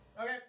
Okay